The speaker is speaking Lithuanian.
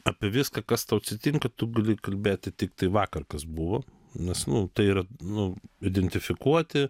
apie viską kas tau atsitinka tu gali kalbėti tiktai vakar kas buvo nes nu tai yra nu identifikuoti